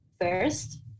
first